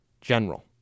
general